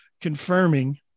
confirming